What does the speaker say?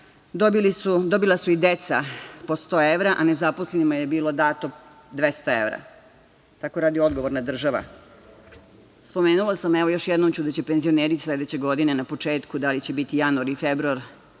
Dobila su i deca po sto evra, a nezaposlenima je bilo dato dvesta evra. Tako radi odgovorna država. Spomenula sam, a evo još jednom ću, da će penzioneri sledeće godine na početku, da li će biti januar ili februar,